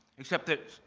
except that,